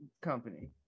company